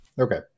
Okay